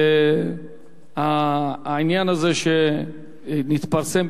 העניין הזה שהתפרסם,